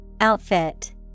Outfit